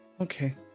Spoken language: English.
Okay